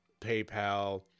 PayPal